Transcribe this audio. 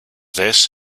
this